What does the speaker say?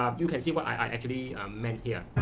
um you can see what i actually meant here.